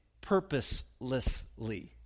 purposelessly